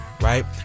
Right